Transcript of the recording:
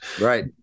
Right